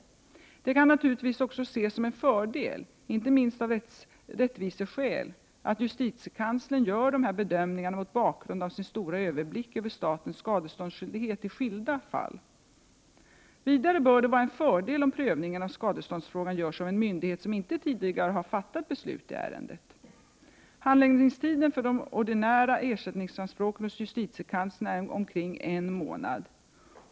Det kan naturligtvis också ses som en fördel, inte minst av rättviseskäl, att justitiekanslern gör dessa bedömningar mot bakgrund av sin stora överblick över statens skadeståndsskyldighet i skilda fall. Vidare bör det vara en fördel om prövningen av skadeståndsfrågan görs av en myndighet som inte tidigare har fattat beslut i ärendet. Handläggningstiden för de ordinära ersättningsanspråken hos justitiekanslern är omkring en månad.